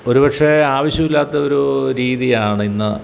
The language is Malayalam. ഒരു പക്ഷേ ആവശ്യമില്ലാത്ത ഒരു രീതിയാണ് ഇന്ന്